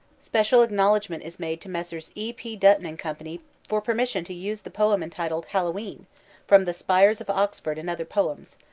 special acknowledgment is made to messrs. e. p. dutton and company for permission to use the poem entitled hallowe'en from the spires of oxford and other poems,